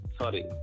sorry